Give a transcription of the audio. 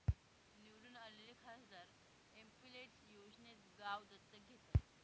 निवडून आलेले खासदार एमपिलेड्स योजनेत गाव दत्तक घेतात